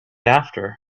after